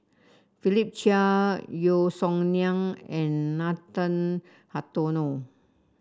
Philip Chia Yeo Song Nian and Nathan Hartono